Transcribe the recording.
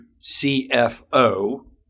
CFO